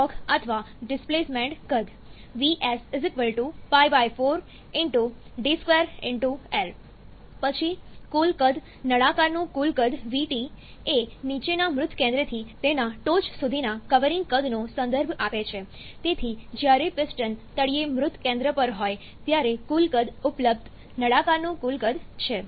stroke અથવા displacement કદ Vs Π 4D2L પછી કુલ કદ નળાકારનું કુલ કદ એ નીચેના મૃત કેન્દ્રથી તેના ટોચ સુધીના કવરિંગ કદનો સંદર્ભ આપે છે તેથી જ્યારે પિસ્ટન તળિયે મૃત કેન્દ્ર પર હોય ત્યારે કુલ કદ ઉપલબ્ધ નળાકારનું કુલ કદ છે